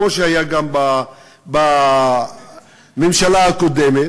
כמו שהיה גם בממשלה הקודמת,